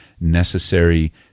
necessary